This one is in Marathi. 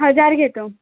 हजार घेतो